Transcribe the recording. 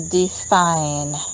define